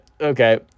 Okay